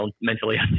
mentally